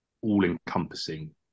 all-encompassing